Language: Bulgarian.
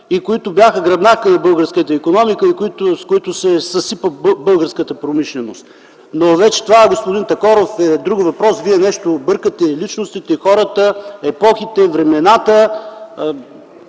и които бяха гръбнакът на българската икономика. С тях се съсипа българската промишленост. Това, господин Такоров, е друг въпрос. Вие нещо бъркате личностите, хората, епохите, времената.